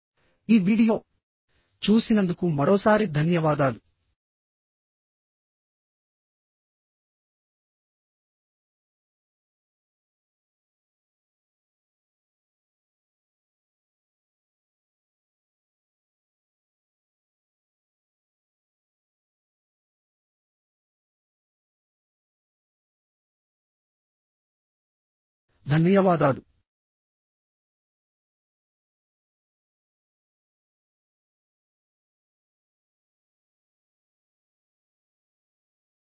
ఈ వీడియో చూసినందుకు మరోసారి ధన్యవాదాలు